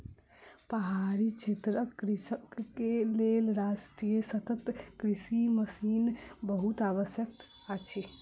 पहाड़ी क्षेत्रक कृषक के लेल राष्ट्रीय सतत कृषि मिशन बहुत आवश्यक अछि